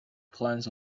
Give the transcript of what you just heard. planks